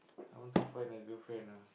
I want to find a girlfriend ah